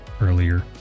earlier